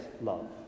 love